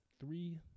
three